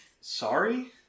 sorry